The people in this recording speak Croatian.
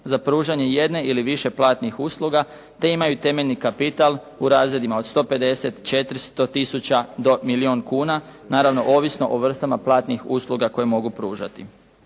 za pružanje jedne ili više platnih usluga, te imaju temeljni kapital u razredima od 150, 400 tisuća do milijun kuna, naravno ovisno o vrstama platnih usluga koje mogu pružati.